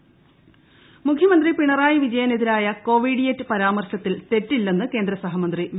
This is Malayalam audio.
മുരളീധരൻ മുഖ്യമന്ത്രി പിണറായി വിജയനെതിരായ കൊവിഡിയറ്റ് പരാമർശത്തിൽ തെറ്റില്ലെന്ന് കേന്ദ്ര സഹമന്ത്രി വി